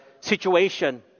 situation